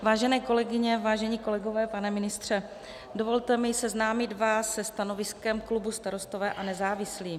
Vážené kolegyně, vážení kolegové, pane ministře, dovolte mi seznámit vás se stanoviskem klubu Starostové a nezávislí.